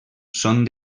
són